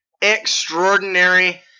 extraordinary